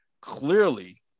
clearly